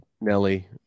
Nelly